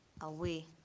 away